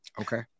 Okay